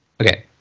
Okay